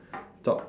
talk